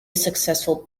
successful